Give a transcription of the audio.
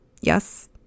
Yes